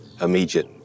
immediate